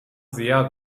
زیاد